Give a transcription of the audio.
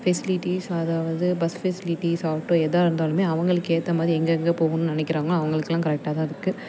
facilities அதாவது bus facilities auto எதாக இருந்தாலுமே அவங்களுக்கு ஏற்ற மாதிரி எங்கெங்க போகணுன்னு நினைக்கிறாங்களோ அவங்களுக்குலாம் கரெக்டாக தான் இருக்கு